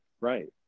Right